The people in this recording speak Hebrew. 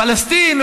פלסטין,